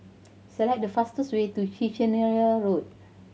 select the fastest way to Kiichener Link